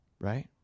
right